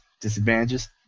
disadvantages